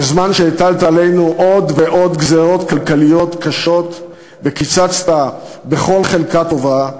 בזמן שהטלת עלינו עוד ועוד גזירות כלכליות קשות וקיצצת בכל חלקה טובה,